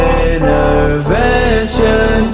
intervention